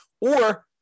Or-